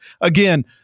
Again